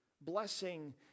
Blessing